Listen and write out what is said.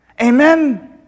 Amen